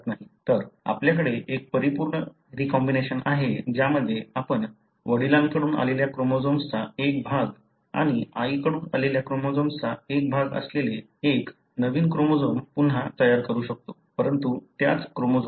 तर आपल्याकडे एक परिपूर्ण रीकॉम्बिनेशन आहे ज्यामध्ये आपण वडिलांकडून आलेल्या क्रोमोझोम्सचा एक भाग आणि आईकडून आलेल्या क्रोमोझोम्सचा एक भाग असलेले एक नवीन क्रोमोझोम पुन्हा तयार करू शकतो परंतु त्याच क्रोमोझोम्ससाठी